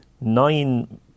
nine